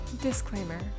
Disclaimer